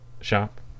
shop